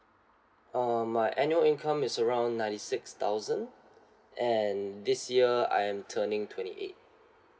uh my annual income is around ninety six thousand and this year I'm turning twenty eight